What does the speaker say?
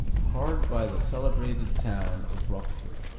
hard by the celebrated town of roquefort,